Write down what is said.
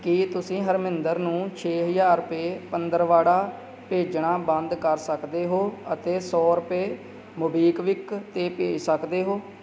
ਕੀ ਤੁਸੀਂ ਹਰਮਿੰਦਰ ਨੂੰ ਛੇ ਹਜ਼ਾਰ ਰੁਪਏ ਪੰਦਰਵਾੜਾ ਭੇਜਣਾ ਬੰਦ ਕਰ ਸਕਦੇ ਹੋ ਅਤੇ ਸੌ ਰੁਪਏ ਮੋਬੀਕਵਿਕ 'ਤੇ ਭੇਜ ਸਕਦੇ ਹੋ